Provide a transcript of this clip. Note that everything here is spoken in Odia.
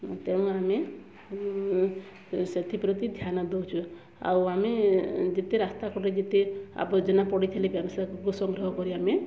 ତେଣୁ ଆମେ ସେଥିପ୍ରତି ଧ୍ୟାନ ଦେଉଛୁ ଆଉ ଆମେ ଯେତେ ରାସ୍ତାକଡ଼ରେ ଯେତେ ଆବର୍ଜନା ପଡ଼ିଥିଲେ ବି ଆମେ ସଂଗ୍ରହ କରି ଆମେ